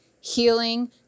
healing